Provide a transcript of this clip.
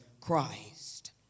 Christ